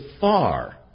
far